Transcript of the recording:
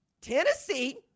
Tennessee